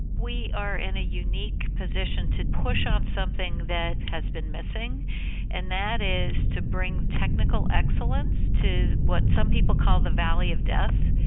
we are in a unique position to push on something that has been missing and that is to bring technical excellence to what some people call the valley of death,